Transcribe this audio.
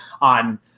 on –